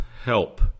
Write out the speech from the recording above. help